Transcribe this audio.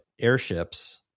airships